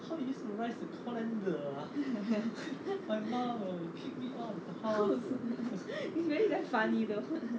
it's really damn funny though